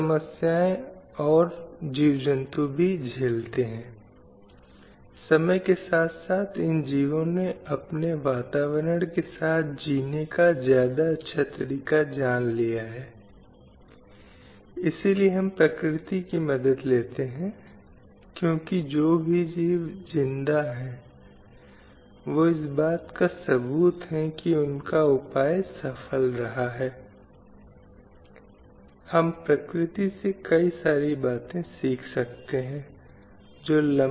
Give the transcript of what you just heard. slide समय संदर्भ 0041 हमने पहले जो कहा था वह यह है कि यदि कोई वैदिक काल के शुरुआती दिनों से देखता है तो कोई महिलाओं की स्थिति में बदलाव को देखता है परवर्ती वैदिक काल में शुरू में इसे लिंगों की समानता की धारणा के साथ शुरू किया गया था और विशेष रूप से मध्ययुगीन काल में महिलाओं के अधिकारों को सबसे बड़ा झटका लगा